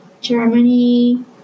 Germany